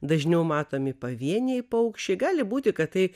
dažniau matomi pavieniai paukščiai gali būti kad tai